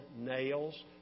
nails